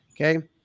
okay